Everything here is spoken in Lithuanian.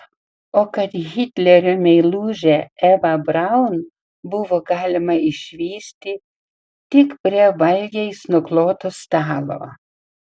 o kad hitlerio meilužę evą braun buvo galima išvysti tik prie valgiais nukloto stalo